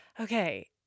okay